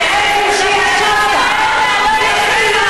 ואין מי שיעצור אותך.